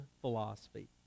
philosophy